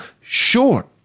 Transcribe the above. Sure